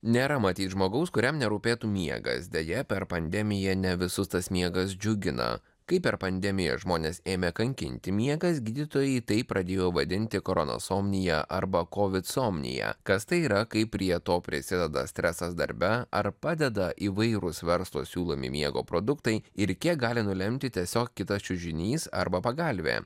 nėra matyt žmogaus kuriam nerūpėtų miegas deja per pandemiją ne visus tas miegas džiugina kai per pandemiją žmonės ėmė kankinti miegas gydytojai tai pradėjo vadinti koronosomnija arba kovidsomnija kas tai yra kaip prie to prisideda stresas darbe ar padeda įvairūs verslo siūlomi miego produktai ir kiek gali nulemti tiesiog kitas čiužinys arba pagalvė